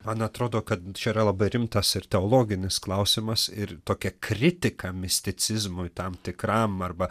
man atrodo kad čia yra labai rimtas ir teologinis klausimas ir tokia kritika misticizmui tam tikram arba